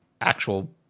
actual